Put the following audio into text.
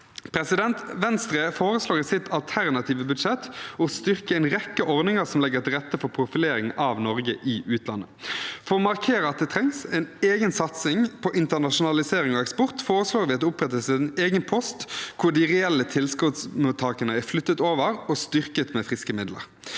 satsingen. Venstre foreslår i sitt alternative budsjett å styrke en rekke ordninger som legger til rette for profilering av Norge i utlandet. For å markere at det trengs en egen satsing på internasjonalisering og eksport, foreslår vi at det opprettes en egen post hvor de reelle tilskuddsmottakerne er flyttet over og styrket med friske midler.